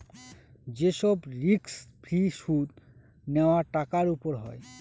যে সব risk free সুদ নেওয়া টাকার উপর হয়